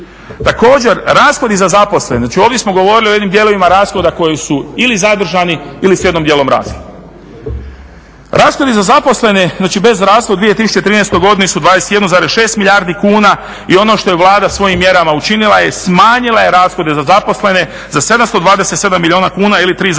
Također, rashodi za zaposlene, znači ovdje smo govorili o jednim dijelovima rashoda koji su ili zadržani ili su jednim dijelom rasli. Rashodi za zaposlene znači u 2013. godini su 1,6 milijardi kuna i ono što je Vlada svojim mjerama učinila je smanjila rashode za zaposlene za 727 milijuna kuna ili 3,2%.